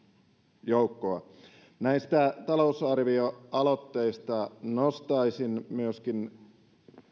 ihmisjoukkoa näistä talousarvioaloitteista nostaisin myöskin